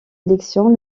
élections